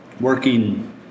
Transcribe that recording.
working